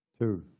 Two